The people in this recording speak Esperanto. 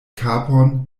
kapon